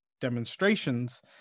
demonstrations